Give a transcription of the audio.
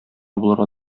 булырга